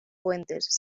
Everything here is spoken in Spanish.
puentes